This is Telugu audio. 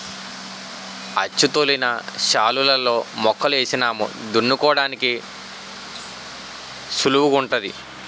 అచ్చుతోలిన శాలులలో మొక్కలు ఏసినాము దున్నుకోడానికి సుళువుగుంటాది